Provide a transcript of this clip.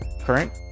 current